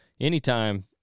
Anytime